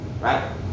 Right